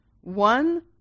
One